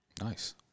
Nice